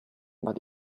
but